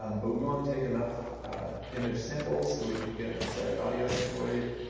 um but we want to take enough image samples so we can get the desired audio sample rate.